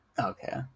Okay